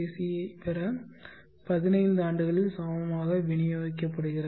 C பெற பதினைந்து ஆண்டுகளில் சமமாக விநியோகிக்கப்படுகிறது